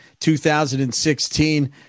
2016